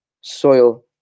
soil